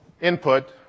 input